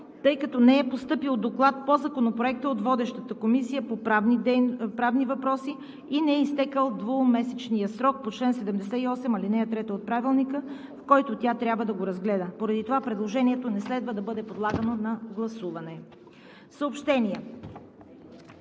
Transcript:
тъй като не е постъпил доклад по Законопроекта от водещата Комисия по правни въпроси и не е изтекъл двумесечният срок по чл. 78, ал. 3 от Правилника, в който тя трябва да го разгледа. Поради това предложението не следва да бъде подлагано на гласуване.